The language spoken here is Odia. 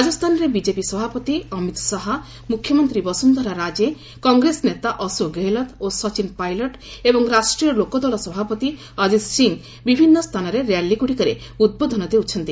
ରାଜସ୍ଥାନରେ ବିଜେପି ସଭାପତି ଅମିତ ଶାହା ମୁଖ୍ୟମନ୍ତ୍ରୀ ବସୁନ୍ଧରା ରାଜେ କଂଗ୍ରେସ ନେତା ଅଶୋକ ଗେହଲତ ଓ ସଚିନ ପାଇଲଟ ଏବଂ ରାଷ୍ଟ୍ରୀୟ ଲୋକଦଳ ସଭାପତି ଅଜିତ ସିଂହ ବିଭିନ୍ନ ସ୍ଥାନରେ ର୍ୟାଲି ଗୁଡ଼ିକରେ ଉଦ୍ବୋଧନ ଦେଉଛନ୍ତି